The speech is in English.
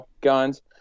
guns